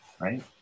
right